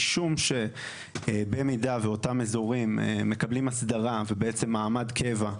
משום שבמידה ואותם אזורים מקבלים הסדרה ובעצם מעמד קבע,